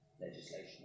legislation